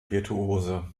virtuose